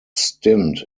stint